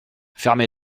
fermez